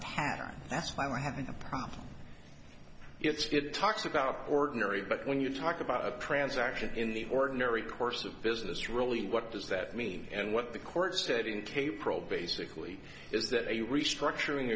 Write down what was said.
pattern that's why we're having a problem it's good it talks about ordinary but when you talk about a transaction in the ordinary course of business really what does that mean and what the court said in kaypro basically is that a restructuring